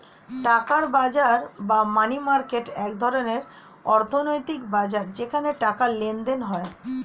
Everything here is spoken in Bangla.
টাকার বাজার বা মানি মার্কেট এক ধরনের অর্থনৈতিক বাজার যেখানে টাকার লেনদেন হয়